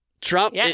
Trump